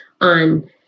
on